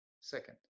second